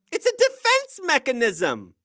it's a defense mechanism.